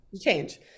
change